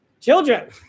Children